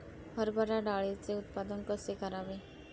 हरभरा डाळीचे उत्पादन कसे करावे?